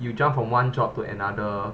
you jump from one job to another